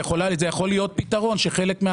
זה יכול להיות פתרון שחלק מהמסמכים יצורפו.